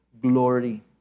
glory